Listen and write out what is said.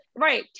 Right